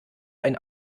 ein